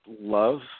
love